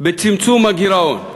בצמצום הגירעון.